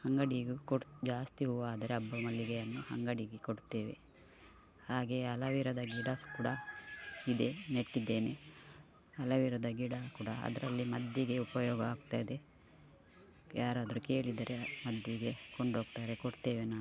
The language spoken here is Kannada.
ಅಂಗಡಿಗೂ ಕೊಡ್ತ್ ಜಾಸ್ತಿ ಹೂವಾದರೆ ಅಬ್ಬ ಮಲ್ಲಿಗೆಯನ್ನು ಅಂಗಡಿಗೆ ಕೊಡ್ತೇವೆ ಹಾಗೆಯೇ ಅಲ ವೀರದ ಗಿಡ ಕೂಡ ಇದೆ ನೆಟ್ಟಿದ್ದೇನೆ ಅಲ ವೀರದ ಗಿಡ ಕೂಡ ಅದರಲ್ಲಿ ಮದ್ದಿಗೆ ಉಪಯೋಗ ಆಗ್ತಾ ಇದೆ ಯಾರಾದರೂ ಕೇಳಿದರೆ ಮದ್ದಿಗೆ ಕೊಂಡೋಗ್ತಾರೆ ಕೊಡ್ತೇವೆ ನಾವು